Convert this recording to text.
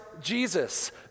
Jesus